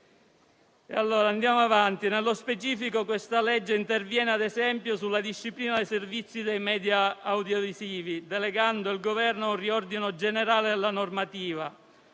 Nello specifico la legge interviene, ad esempio, sulla disciplina dei servizi dei *media* audiovisivi, delegando al Governo un riordino generale della normativa